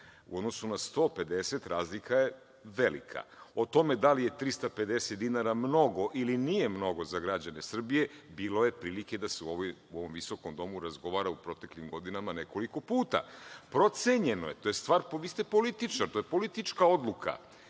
U odnosu na 150, razlika je velika.O tome da li je 350 dinara mnogo ili nije mnogo za građane Srbije, bilo je prilike da se u ovom visokom domu razgovara u proteklim godinama nekoliko puta. Procenjeno je, vi ste političar, to je politička odluka,